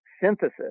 synthesis